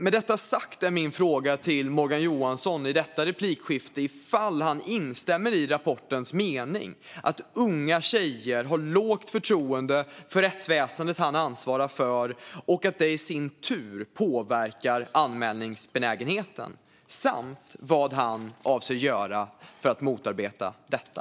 Med detta sagt är min fråga till Morgan Johansson i detta inlägg ifall han instämmer i rapportens mening att unga tjejer har lågt förtroende för rättsväsendet han ansvarar för och att det i sin tur påverkar anmälningsbenägenheten samt vad han avser att göra för att motarbeta detta.